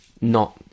not-